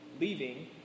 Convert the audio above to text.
leaving